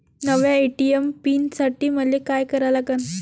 नव्या ATM pin साठी मले का करा लागन?